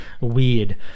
weird